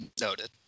Noted